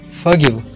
forgive